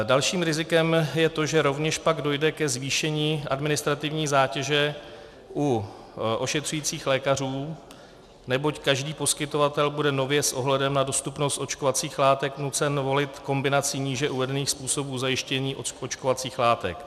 Dalším rizikem je to, že rovněž pak dojde ke zvýšení administrativní zátěže u ošetřujících lékařů, neboť každý poskytovatel bude nově s ohledem na dostupnost očkovacích látek nucen volit kombinaci níže uvedených způsobů zajištění očkovacích látek.